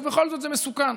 ובכל זאת זה מסוכן.